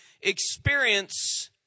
experience